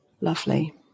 Lovely